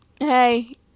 Hey